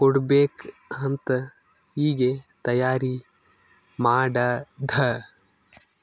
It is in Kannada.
ಕೊಡ್ಬೇಕ್ ಅಂತ್ ಈಗೆ ತೈಯಾರಿ ಮಾಡದ್ದ್